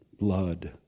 blood